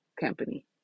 company